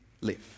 live